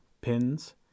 pins